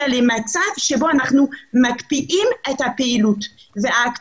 זה הגיע למצב שבו אנחנו מקפיאים את הפעילות וההקפאה